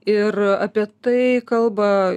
ir apie tai kalba